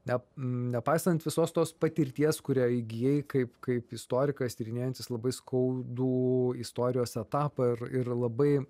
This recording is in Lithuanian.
nenepaisant visos tos patirties kurią įgijai kaip kaip istorikas tyrinėjantis labai skaudų istorijos etapą ir ir labai